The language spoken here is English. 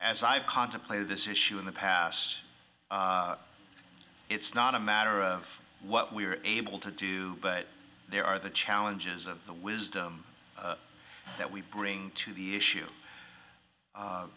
as i've contemplated this issue in the past it's not a matter of what we were able to do but there are the challenges of the wisdom that we bring to the issue